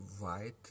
white